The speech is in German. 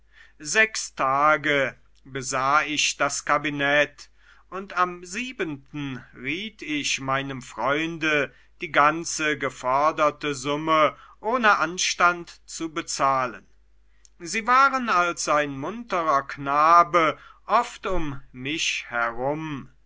sechs tage besah ich das kabinett und am siebenten riet ich meinem freunde die ganze geforderte summe ohne anstand zu bezahlen sie waren als ein munterer knabe oft um mich herum